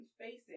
facing